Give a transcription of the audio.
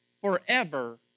forever